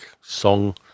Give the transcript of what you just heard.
song